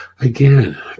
Again